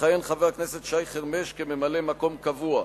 יכהן חבר הכנסת שי חרמש כממלא מקום-קבוע.